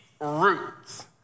roots